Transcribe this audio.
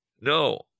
No